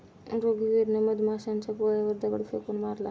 रघुवीरने मधमाशांच्या पोळ्यावर दगड फेकून मारला